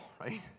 right